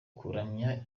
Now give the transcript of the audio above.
kuramya